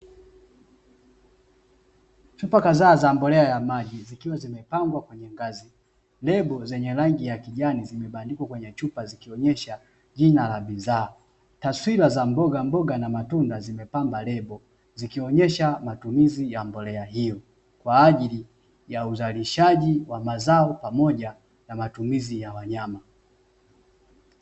Chupa kadhaa za mbolea ya maji zikiwa zimepangwa kwenye ngazi. Lebo zenye rangi ya kijani zimebadikwa kwenye chupa, zikionyesha jina la bidhaa. Taswira za mbogamboga na matunda zimepamba lebo, zikionyesha matumizi ya mbolea hiyo, kwa ajili ya uzalishaji wa mazao pamoja na matumizi ya wanyama.